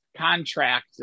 contract